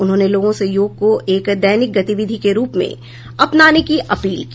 उन्होंने लोगों से योग को एक दैनिक गतिविधि के रूप में अपनाने की अपील की